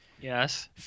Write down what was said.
Yes